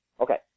Okay